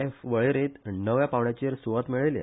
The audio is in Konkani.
एफ वळेरेंत णव्या पांवड्याचेर सूवात मेळयल्या